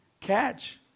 catch